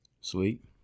Sweet